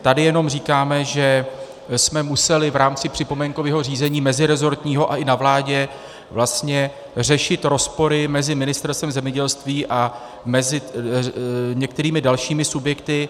Tady jenom říkáme, že jsme museli v rámci připomínkového řízení mezirezortního a i na vládě vlastně řešit rozpory mezi Ministerstvem zemědělství a některými dalšími subjekty.